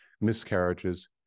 miscarriages